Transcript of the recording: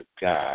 God